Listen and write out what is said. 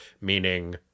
meaning